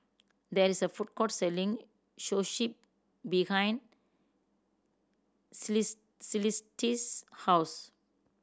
there is a food court selling Zosui behind Celeste's house